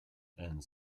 and